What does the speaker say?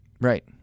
right